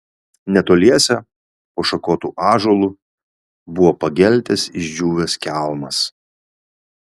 netoliese po šakotu ąžuolu buvo pageltęs išdžiūvęs kelmas